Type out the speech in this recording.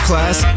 Class